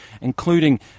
including